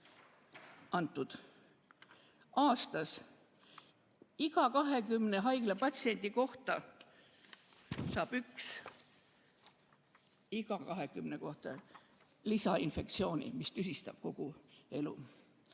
antud. Aastas iga 20 haiglapatsiendi kohta saab üks – iga 20 kohta – lisainfektsiooni, mis tüsistab kogu elu.